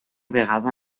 vegada